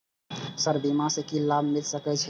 Sir बीमा से की लाभ मिल सके छी?